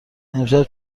امشب